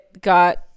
got